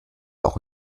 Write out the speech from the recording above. auch